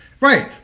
right